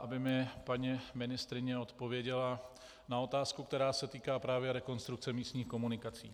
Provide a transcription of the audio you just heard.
aby mi paní ministryně odpověděla na otázku, která se týká právě rekonstrukce místních komunikací.